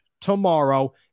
tomorrow